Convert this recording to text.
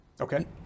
Okay